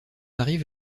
arrive